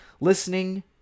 listening